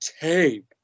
tape